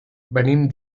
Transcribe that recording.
venim